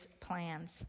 plans